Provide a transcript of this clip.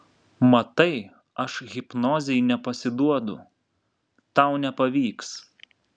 matai aš hipnozei nepasiduodu tau nepavyks